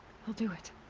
i'll do it.